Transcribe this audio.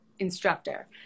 Instructor